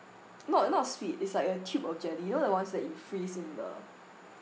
not not sweet it's like a tube of jelly you know the ones that you freeze in the